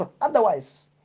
Otherwise